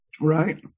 Right